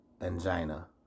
angina